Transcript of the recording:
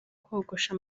kogosha